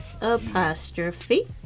Apostrophe